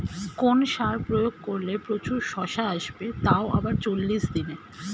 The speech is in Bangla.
কোন সার প্রয়োগ করলে প্রচুর শশা আসবে তাও আবার চল্লিশ দিনে?